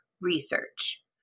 Research